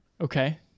Okay